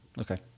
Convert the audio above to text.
Okay